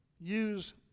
Use